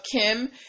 Kim